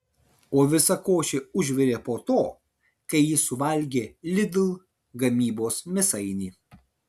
o visa košė užvirė po to kai jis suvalgė lidl gamybos mėsainį